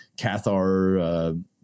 Cathar